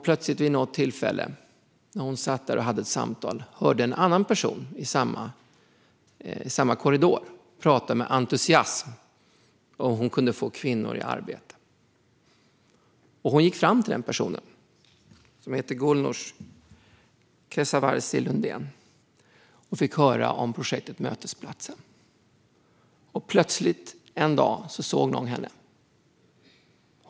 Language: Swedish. Plötsligt vid något tillfälle när hon satt i ett samtal hörde hon hur en annan person i samma korridor pratade med entusiasm om hur hon kunde få kvinnor i arbete. Haider gick fram till Golnoush Lundén Keshavarzi, som personen hette, och fick höra om projektet Mötesplats Centrum. Plötsligt en dag var det någon som såg henne.